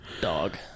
dog